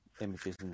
images